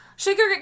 Sugar